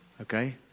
Okay